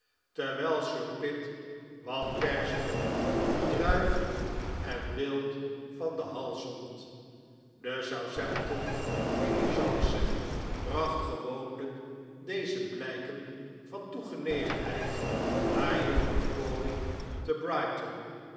terwijl sir pitt wat perziken druiven en wild van de hall zond de southampton diligence bracht gewoonlijk deze blijken van toegenegenheid naar juffrouw crawley te brighton